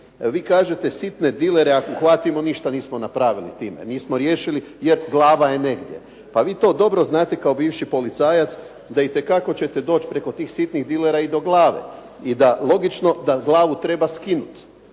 Vi kažete sitne dilere ako uhvatimo ništa nismo napravili time, nismo riješili … /Govornik se ne razumije./… Pa vi to dobro znate kao bivši policajac da itekako ćete doći preko tih sitnih dilera i do glave i da logično da glavu treba skinuti